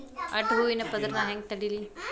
ಅಡ್ಡ ಹೂವಿನ ಪದರ್ ನಾ ಹೆಂಗ್ ತಡಿಲಿ?